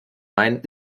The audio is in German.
main